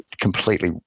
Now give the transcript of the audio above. completely